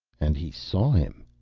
and he saw him!